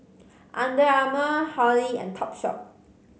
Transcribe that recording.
Under Armour Hurley and Topshop